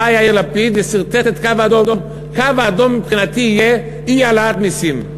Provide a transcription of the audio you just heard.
בא יאיר לפיד וסרטט קו אדום: הקו האדום מבחינתי יהיה אי-העלאת מסים.